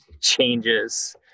changes